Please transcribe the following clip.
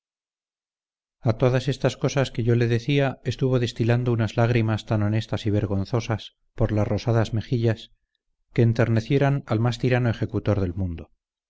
a todas estas cosas que yo le decía estuvo destilando unas lágrimas tan honestas y vergonzosas por las rosadas mejillas que enternecieran al más tirano ejecutor del mundo